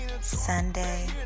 Sunday